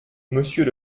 monsieur